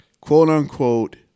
quote-unquote